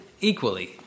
equally